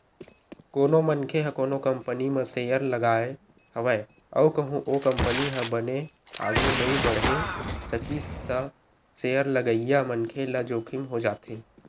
कोनो मनखे ह कोनो कंपनी म सेयर लगाय हवय अउ कहूँ ओ कंपनी ह बने आघु नइ बड़हे सकिस त सेयर लगइया मनखे ल जोखिम हो जाथे